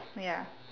ya